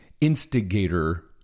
instigator